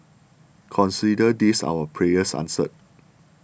consider this our prayers answered